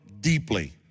deeply